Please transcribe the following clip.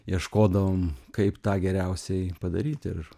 ieškodavom kaip tą geriausiai padaryti ir